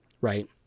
right